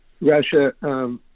Russia